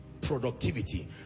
Productivity